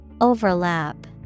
Overlap